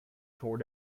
tore